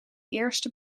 eerste